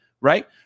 right